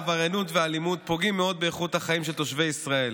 עבריינות ואלימות פוגעים מאוד באיכות החיים של תושבי ישראל.